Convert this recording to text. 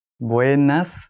Buenas